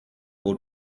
will